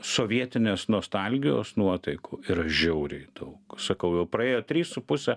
sovietinės nostalgijos nuotaikų yra žiauriai daug sakau jau praėjo trys su puse